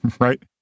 right